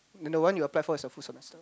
another one you applied for is a full semester